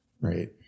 right